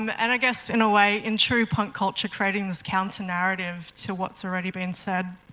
um and i guess in a way in true punk culture creating this counter-narrative to what's already been said.